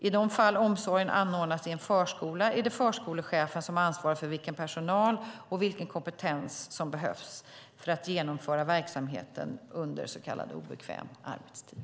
I de fall omsorgen anordnas i en förskola är det förskolechefen som ansvarar för vilken personal och vilken kompetens som behövs för att genomföra verksamheten under så kallad obekväm arbetstid.